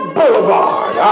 Boulevard